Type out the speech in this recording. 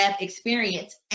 experience